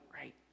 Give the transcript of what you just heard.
right